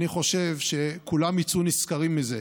אני חושב שכולם יצאו נשכרים מזה: